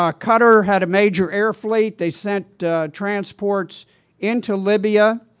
ah qatar had a major air fleet. they sent transports into libya.